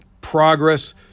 progress